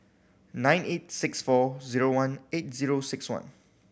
nine eight six four zero one eight zero six one